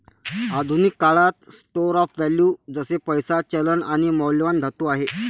आधुनिक काळात store of value जसे पैसा, चलन आणि मौल्यवान धातू आहे